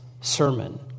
sermon